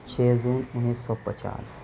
چھ جون انیس سو پچاس